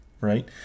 right